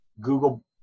Google